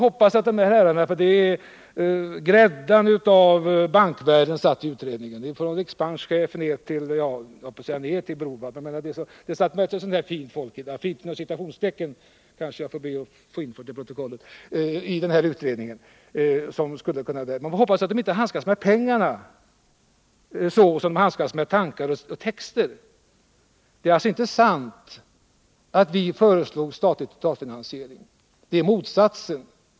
Men gräddan av bankvärlden satt i utredningen, från riksbankschefen och — jag höll på att säga ner — till Browaldh. Det satt mycket sådant ”fint” folk i denna utredning. Man får hoppas att de inte handskas med pengarna så som de handskas med tankar och texter. Det är alltså inte sant att vi föreslog statlig totalfinansiering — det är motsatsen.